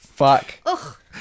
fuck